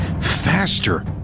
faster